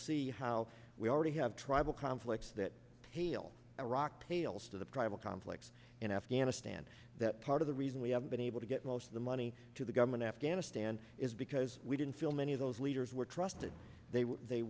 see how we already have tribal conflicts that heal iraq pales to the tribal conflicts in afghanistan that part of the reason we haven't been able to get most of the money to the government afghanistan is because we didn't feel many of those leaders were trusted they